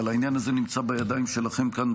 אבל העניין הזה נמצא בידיים שלכם כאן,